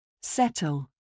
Settle